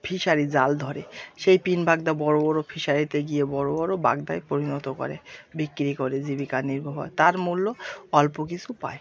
fishery জাল ধরে সেই পিন বাগদা বড় বড় ফিশারিতে গিয়ে বড় বড় বাগদায় পরিণত করে বিক্রি করে জীবিকা নির্বাহ হয় তার মূল্য অল্প কিছু পায়